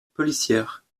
policière